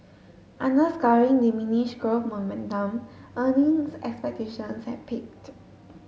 underscoring diminish growth momentum earnings expectations have peaked